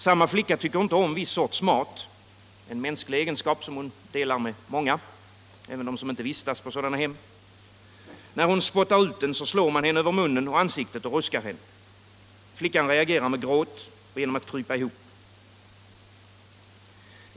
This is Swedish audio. Samma flicka tycker inte om viss sorts mat — en mänsklig egenskap som hon delar med många, även med många som inte vistas på sådana hem. När hon spottar ut den, slår man henne över munnen och ansiktet och ruskar henne. Flickan reagerar med gråt och genom att krypa ihop.